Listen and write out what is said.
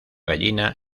gallina